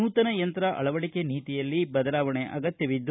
ನೂತನ ಯಂತ್ರ ಅಳವಡಿಕೆಗೆ ನೀತಿಯಲ್ಲಿ ಬದಲಾವಣೆ ಅಗತ್ಯವಿದೆ